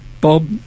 Bob